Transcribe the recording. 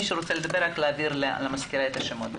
מי שרוצה לדבר, נא להעביר למזכירה את השמות.